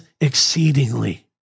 exceedingly